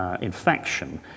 infection